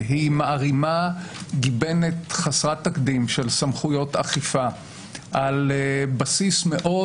היא מערימה גיבנת חסרת תקדים של סמכויות אכיפה על בסיס מאוד